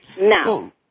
Now